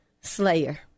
slayer